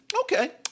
Okay